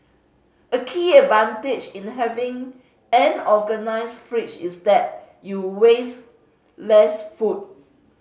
a key advantage in having an organised fridge is that you waste less food